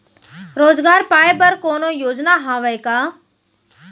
रोजगार पाए बर कोनो योजना हवय का?